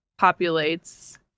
populates